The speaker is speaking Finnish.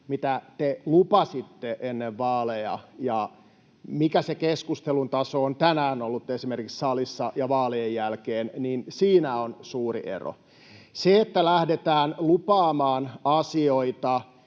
mitä te lupasitte ennen vaaleja ja mikä se keskustelun taso on tänään ollut esimerkiksi salissa ja vaalien jälkeen, niin siinä on suuri ero. Siinä, että lähdetään lupaamaan ennen